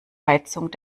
heizung